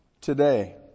today